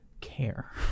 care